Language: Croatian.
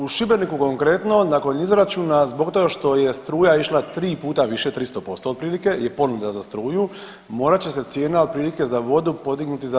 U Šibeniku konkretno nakon izračuna zbog toga što je struja išla 3 puta više, 300% otprilike je ponuda za struju morat će se cijena otprilike za vodu podignuti za